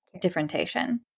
differentiation